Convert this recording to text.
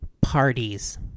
parties